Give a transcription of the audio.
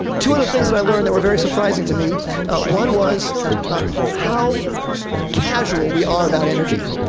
two other things that i learned that were very surprising to me one was how casual we are about energy.